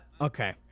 Okay